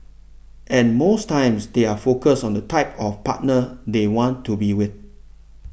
and most times they are focused on the type of partner they want to be with